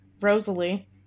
Rosalie